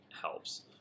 helps